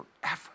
forever